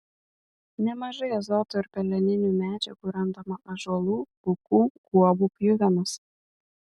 nemažai azoto ir peleninių medžiagų randama ąžuolų bukų guobų pjuvenose